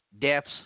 deaths